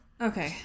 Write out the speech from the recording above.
okay